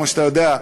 כמו שאתה יודע,